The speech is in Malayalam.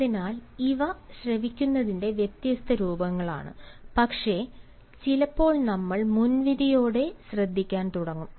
അതിനാൽ ഇവ ശ്രവിക്കുന്നതിന്റെ വ്യത്യസ്ത രൂപങ്ങളാണ് പക്ഷേ ചിലപ്പോൾ നമ്മൾ മുൻവിധിയോടെ ശ്രദ്ധിക്കാൻ തുടങ്ങും